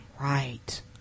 Right